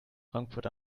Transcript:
frankfurt